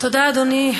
תודה, אדוני.